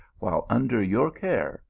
while under your care,